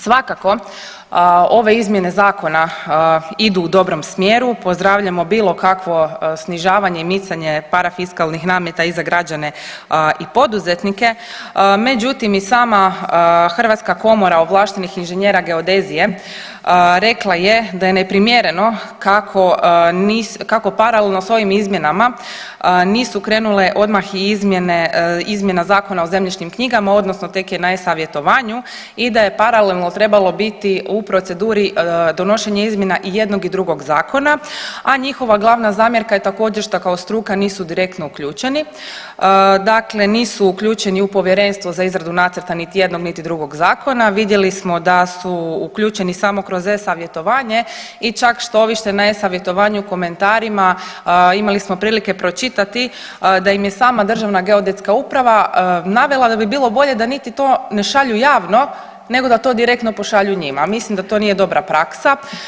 Svakako ove izmjene zakona idu u dobrom smjeru, pozdravljamo bilo kakvo snižavanje i micanje parafiskalnih nameta i za građane i poduzetnike, međutim i sama Hrvatska komora ovlaštenih inženjera geodezije rekla je da je neprimjereno kako paralelno s ovim izmjenama nisu krenule odmah i izmjene, izmjena Zakona o zemljišnim knjigama odnosno tek je na e-savjetovanju i da je paralelno trebalo biti u proceduri donošenje izmjena i jednog i drugog zakona, a njihova glavna zamjerka je također šta kao struka nisu direktno uključeni, dakle nisu uključeni u Povjerenstvo za izradu nacrta niti jednog, niti drugog zakona, vidjeli smo da su uključeni samo kroz e-savjetovanje i čak štoviše na e-savjetovanju u komentarima imali smo prilike pročitati da im je sama DGU navela da bi bilo bolje da niti to ne šalju javno nego da to direktno pošalju njima, a mislim da to nije dobra praksa.